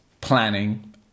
planning